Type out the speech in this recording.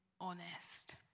honest